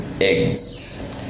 eggs